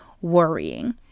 worrying